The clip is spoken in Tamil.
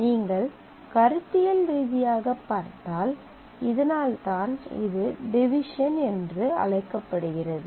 நீங்கள் கருத்தியல் ரீதியாகப் பார்த்தால் இதனால் தான் இது டிவிசன் என்று அழைக்கப்படுகிறது